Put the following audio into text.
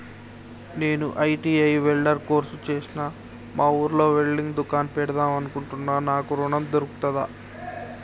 నేను ITI welder course చేశ్న మా ఊర్లో వెల్డింగ్ దుకాన్ పెడదాం అనుకుంటున్నా నాకు ఋణం దొర్కుతదా?